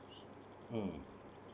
mm